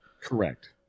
Correct